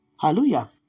Hallelujah